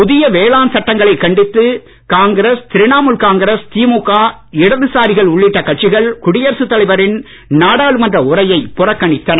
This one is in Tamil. புதிய வேளாண் சட்டங்களை கண்டித்து காங்கிரஸ் திரிணாமுல் காங்கிரஸ் திமுக இடது சாரிகள் உள்ளிட்ட கட்சிகள் குடியரசுத் தலைவரின் நாடாளுமன்ற உரையை புறக்கணித்தன